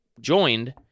joined